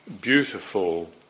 beautiful